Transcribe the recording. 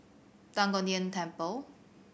Tan Kong Tian Temple